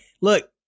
Look